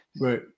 right